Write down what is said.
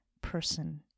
person